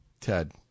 Ted